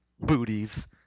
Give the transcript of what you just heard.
booties